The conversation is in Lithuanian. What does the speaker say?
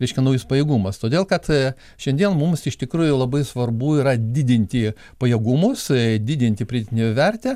reiškia naujus pajėgumus todėl kad šiandien mums iš tikrųjų labai svarbu yra didinti pajėgumus didinti pridėtinę vertę